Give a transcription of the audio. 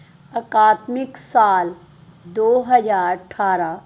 ਅਕਾਦਮਿਕ ਸਾਲ ਦੋ ਹਜ਼ਾਰ ਅਠਾਰ੍ਹਾਂ